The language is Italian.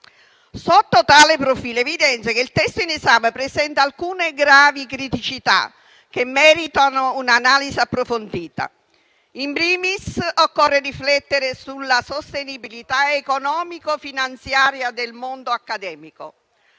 Sotto tale profilo, evidenzio che il testo in esame presenta alcune gravi criticità che meritano un'analisi approfondita. *In primis*, occorre riflettere sulla sostenibilità economico-finanziaria del mondo accademico,